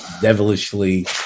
devilishly